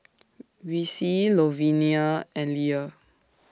Vicy Louvenia and Lia